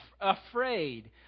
afraid